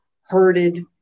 herded